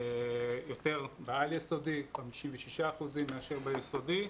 יותר בעל יסודי, 56%, יותר מאשר ביסודי.